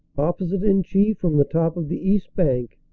opposite lnchy, from the top of the east bank,